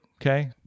Okay